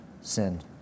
sin